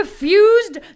refused